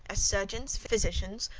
as surgeons, physicians,